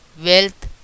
wealth